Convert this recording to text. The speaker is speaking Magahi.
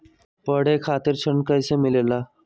पढे खातीर ऋण कईसे मिले ला?